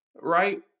right